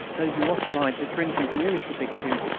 those who occupied the trenches nearest to bixschoote,